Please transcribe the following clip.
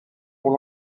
pour